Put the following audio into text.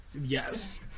Yes